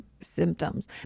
symptoms